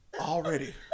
Already